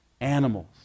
animals